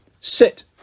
Sit